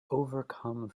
overcome